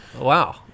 Wow